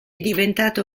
diventata